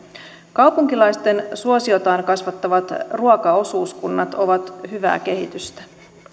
kaupunkilaisten suosiotaan kasvattavat ruokaosuuskunnat ovat hyvää kehitystä